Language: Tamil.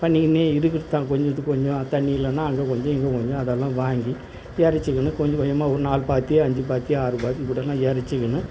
பண்ணிக்கினே இருக்கிறதுதான் கொஞ்சதுக்கு கொஞ்சம் தண்ணி இல்லைன்னா அங்கே கொஞ்சம் இங்கே கொஞ்சம் அதெல்லாம் வாங்கி இறச்சிக்கினு கொஞ்ச கொஞ்சமாக ஒரு நாலு பாத்தி அஞ்சு பாத்தி ஆறு பாத்திக்கூடனால் இறச்சிக்கினு